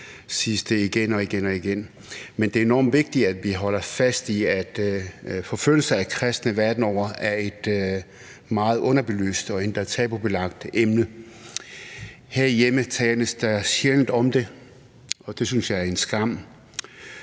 det er enormt vigtigt, at vi holder fast i, at forfølgelse af kristne verden over er et meget underbelyst og endda tabubelagt emne. Herhjemme tales der sjældent om det, og det synes jeg er en skam.